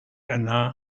yna